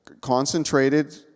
concentrated